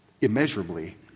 immeasurably